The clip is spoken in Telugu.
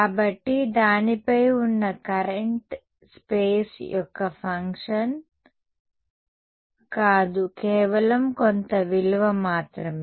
కాబట్టి దానిపై ఉన్న కరెంట్ స్పేస్ యొక్క ఫంక్షన్ కాదు కేవలం కొంత విలువ మాత్రమే